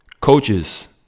Coaches